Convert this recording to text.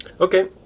Okay